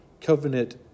covenant